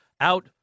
out